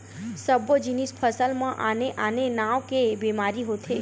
सब्बो जिनिस फसल म आने आने नाव के बेमारी होथे